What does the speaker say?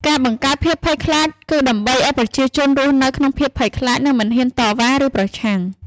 ការបង្កើតភាពភ័យខ្លាចគឺដើម្បីឱ្យប្រជាជនរស់នៅក្នុងភាពភ័យខ្លាច និងមិនហ៊ានតវ៉ា ឬប្រឆាំង។